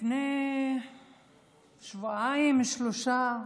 לפני שבועיים או שלושה,